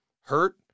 hurt